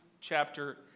chapter